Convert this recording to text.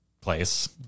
place